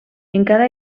encara